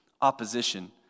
opposition